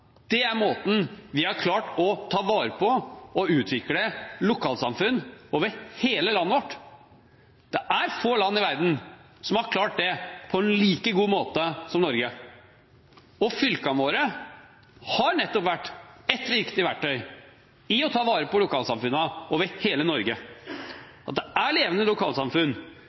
er måten vi har klart å ta vare på og utvikle lokalsamfunn over hele landet vårt. Det er få land i verden som har klart det på like god måte som Norge, og fylkene våre har vært et viktig verktøy for å ta vare på lokalsamfunnene over hele Norge – levende lokalsamfunn inne i skogene, ute på øyene våre og lengst inne i fjordene. Det er